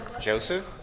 Joseph